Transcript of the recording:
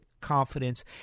confidence